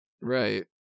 Right